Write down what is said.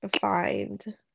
find